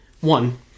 one